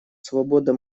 свобода